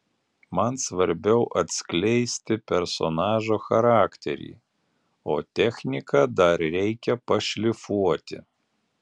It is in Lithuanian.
man svarbiau atskleisti personažo charakterį o techniką dar reikia pašlifuoti